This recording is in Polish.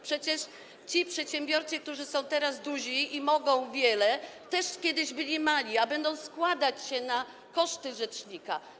Przecież ci przedsiębiorcy, którzy teraz są duzi i mogą wiele, też kiedyś byli mali, a będą składać się na koszty rzecznika.